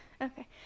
Okay